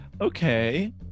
okay